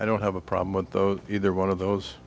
i don't have a problem with those either one of those